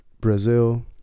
brazil